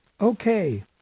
Okay